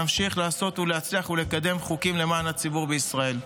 נמשיך לעשות ולהצליח ולקדם חוקים למען הציבור בישראל.